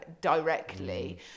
directly